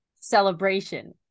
celebration